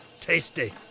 tasty